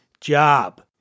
job